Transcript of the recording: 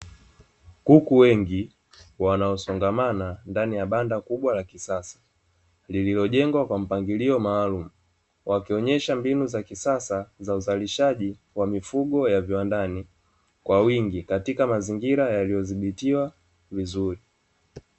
Kuku wengi wanaosongamana ndani ya banda kubwa la kisasa lililojengwa kwa mpangilio maalumu, wakionyesha mbinu za kisasa za uzalishaji wa mifugo ya viwandani kwa wingi katika mazingira yaliyodhibitiwa vizuri.